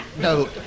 No